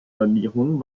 sanierung